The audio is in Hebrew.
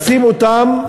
לשים אותם,